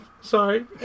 sorry